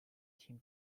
team